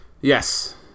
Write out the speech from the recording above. Yes